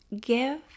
Give